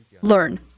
learn